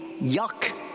yuck